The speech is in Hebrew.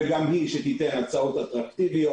וגם היא שתיתן הצעות אטרקטיביות,